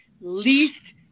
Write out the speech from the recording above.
least